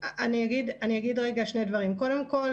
קודם כל,